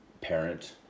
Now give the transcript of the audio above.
parent